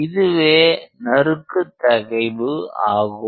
இதுவே நறுக்கு தகைவு ஆகும்